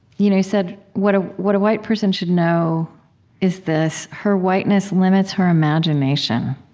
you know said, what ah what a white person should know is this her whiteness limits her imagination.